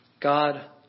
God